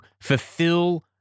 fulfill